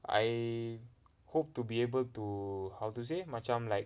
I hope to be able to how to say macam like